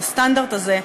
מהסטנדרט הזה,